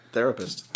Therapist